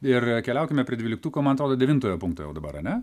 ir keliaukime prie dvyliktuko man atrodo devintojo punkto jau dabar ane